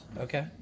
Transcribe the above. Okay